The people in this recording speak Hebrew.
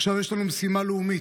עכשיו יש לנו משימה לאומית: